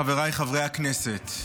חבריי חברי הכנסת,